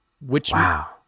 Wow